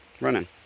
running